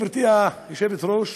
גברתי היושבת-ראש?